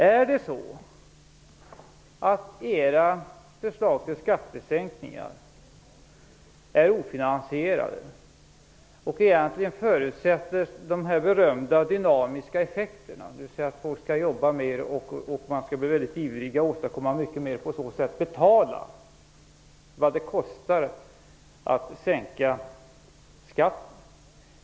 Är det så att era förslag till skattesänkningar är ofinansierade och egentligen förutsätter de berömda dynamiska effekterna, dvs. att folk skall jobba mer och bli väldigt ivriga att åstadkomma mycket mer och på så sätt betala vad det kostar att sänka skatten?